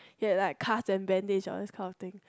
he had like cuts and bandages on this kind of thing